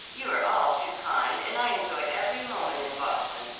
you are all too kind, and i enjoy every moment in boston.